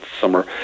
summer